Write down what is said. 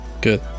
Good